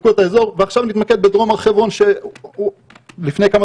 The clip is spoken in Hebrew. ועכשיו נתמקד בדרום הר חברון שלפני כמה